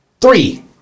Three